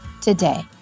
today